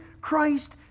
Christ